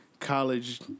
College